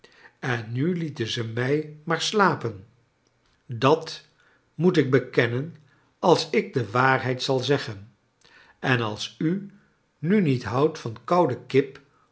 en nu lieten ze mij maar slapen dat moet ik bekennen als ik de waarheid zal zeggen en als u nu niet houdt van koude kip